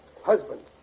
Husband